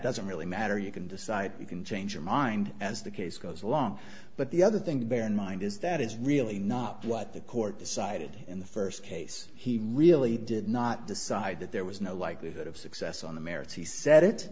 doesn't really matter you can decide you can change your mind as the case goes along but the other thing to bear in mind is that is really not what the court decided in the first case he really did not decide that there was no likelihood of success on the merits he s